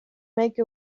make